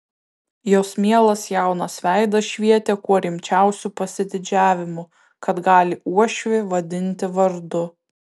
jos mielas jaunas veidas švietė kuo rimčiausiu pasididžiavimu kad gali uošvį vadinti vardu